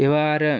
এবার